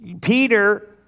Peter